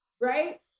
Right